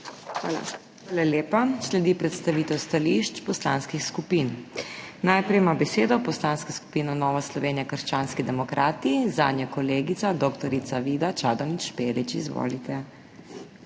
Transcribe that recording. Hvala lepa. Sledi predstavitev stališč poslanskih skupin. Najprej ima besedo Poslanska skupina Nova Slovenija – krščanski demokrati, zanjo kolegica dr. Vida Čadonič Špelič. Izvolite.